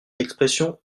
l’expression